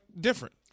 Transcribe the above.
different